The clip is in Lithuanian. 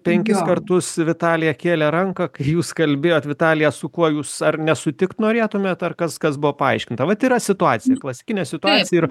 penkis kartus vitalija kėlė ranką kai jūs kalbėjot vitalija su kuo jūs ar nesutikt norėtumėt ar kas kas buvo paaiškinta vat yra situacija klasikinė situacija ir